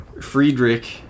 friedrich